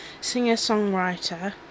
singer-songwriter